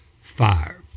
fire